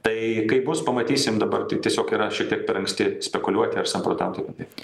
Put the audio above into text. tai kaip bus pamatysim dabar tai tiesiog yra šiek tiek per anksti spekuliuoti ar samprotauti apie tai